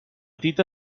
tita